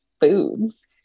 foods